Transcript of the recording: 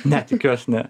ne tikiuos ne